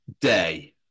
Day